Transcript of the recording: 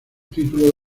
título